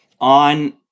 on